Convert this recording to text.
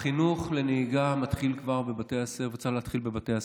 החינוך לנהיגה צריך להתחיל בבתי הספר.